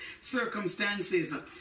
circumstances